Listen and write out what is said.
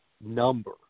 number